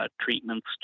treatments